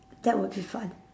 that would be fun